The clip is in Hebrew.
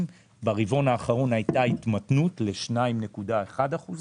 ברבעון האחרון הייתה התמתנות ל-2.1%.